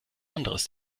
anderes